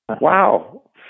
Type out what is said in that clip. Wow